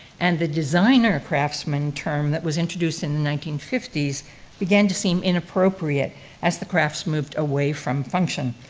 and the designer craftsmen term that was introduced in nineteen fifty s began to seem inappropriate as the crafts moved away from function.